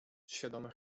świadome